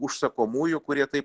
užsakomųjų kurie taip